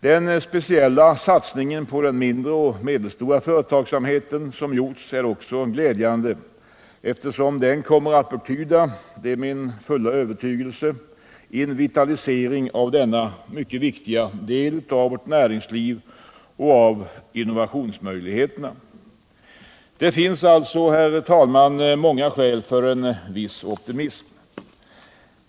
Den speciella satsningen på den mindre och medelstora företagsamheten är också glädjande, eftersom den — det är min övertygelse — kommer att betyda en vitalisering av denna viktiga del av vårt näringsliv och av innovationsmöjligheterna. Det finns alltså många skäl för en viss optimism.